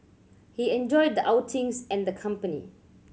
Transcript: he enjoyed the outings and the company